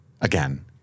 again